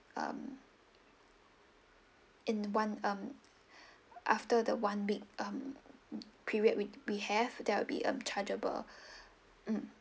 um in one um after the one week um period with we have there will be um chargeable mm